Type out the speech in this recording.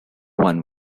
one